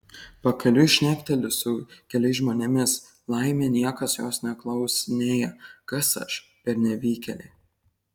pakeliui šnekteli su keliais žmonėmis laimė niekas jos neklausinėja kas aš per nevykėlė